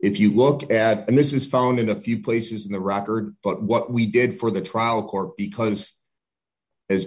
if you look at and this is found in a few places in the record but what we did for the trial court because